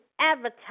advertise